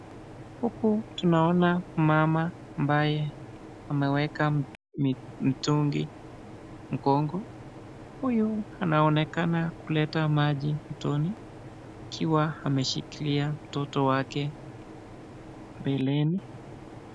Huku tunaoan mama ambaye ameweka mtungi mgongo, huyu anaonekana kuleta maji mtoni akiwa ameshikilia mtoto wake mbeleni.